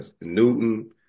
Newton